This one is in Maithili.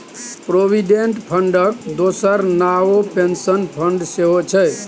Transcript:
प्रोविडेंट फंडक दोसर नाओ पेंशन फंड सेहौ छै